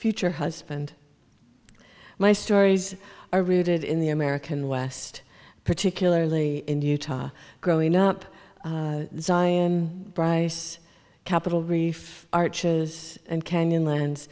future husband my stories are rooted in the american west particularly in utah growing up zion bryce capital reef arches and canyonlands